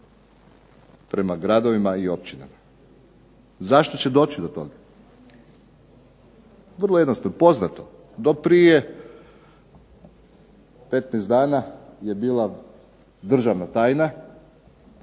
prema gradovima i općinama. Zašto će doći do toga? Vrlo jednostavno, poznato. Do prije 15 dana je bila državna tajna